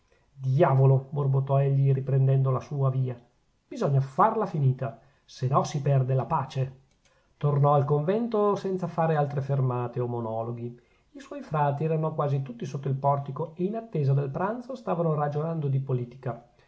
diavolo borbottò egli riprendendo la sua via bisogna farla finita se no si perde la pace tornò al convento senza fare altre fermate o monologhi i suoi frati erano quasi tutti sotto il portico e in attesa del pranzo stavano ragionando di politica